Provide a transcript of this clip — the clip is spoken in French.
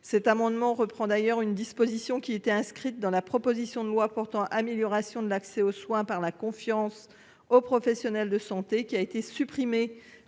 Cet amendement reprend d'ailleurs une disposition qui étaient inscrites dans la proposition de loi portant amélioration de l'accès aux soins par la confiance aux professionnels de santé qui a été supprimée